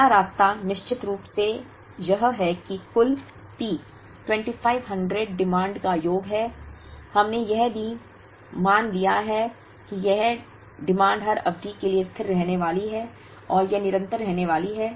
पहला रास्ता निश्चित रूप से यह है कि कुल P 2500 मांगों का योग है और हमने यह भी मान लिया है कि यह मांग हर अवधि के लिए स्थिर रहने वाली है और यह निरंतर रहने वाली है